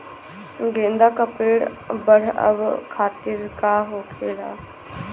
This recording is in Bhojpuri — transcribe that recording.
गेंदा का पेड़ बढ़अब खातिर का होखेला?